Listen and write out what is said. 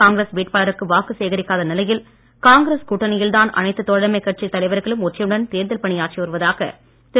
காங்கிரஸ் வேட்பாளருக்கு வாக்கு சேகரிக்காத நிலையில் காங்கிரஸ் கூட்டணியில் தான் அனைத்து தோழமை கட்சித் தலைவர்களும் ஒற்றுமையுடன் தேர்தல் பணியாற்றி வருவதாக திரு